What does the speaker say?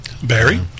Barry